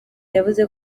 yavuze